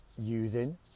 using